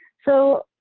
so,